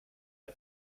hat